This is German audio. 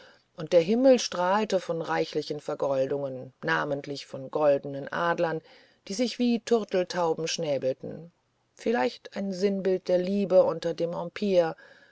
und der himmel strahlte von reichen vergoldungen namentlich von goldnen adlern die sich wie turteltauben schnäbelten vielleicht ein sinnbild der liebe unter dem